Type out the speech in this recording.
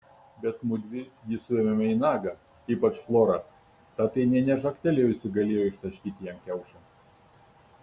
bet mudvi jį suėmėme į nagą ypač flora ta tai nė nežagtelėjusi galėjo ištaškyti jam kiaušą